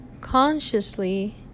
consciously